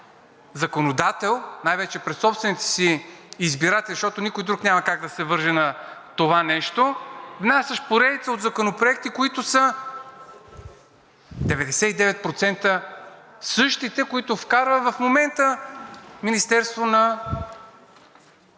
законодател най-вече пред собствените си избиратели, защото никой друг няма как да се върже на това нещо, внасяш поредица от законопроекти, които са 99% същите, които вкарва в момента Министерството на